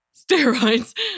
Steroids